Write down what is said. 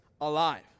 alive